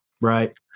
right